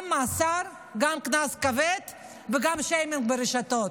גם מאסר, גם קנס כבד וגם שיימינג ברשתות.